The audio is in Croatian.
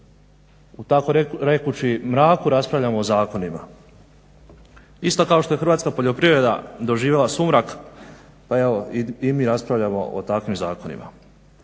u takorekoć mraku raspravljamo o zakonima. Isto kao što je hrvatska poljoprivreda doživjela sumrak pa evo i mi raspravljamo o takvim zakonima.